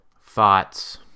thoughts